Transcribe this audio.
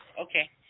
Okay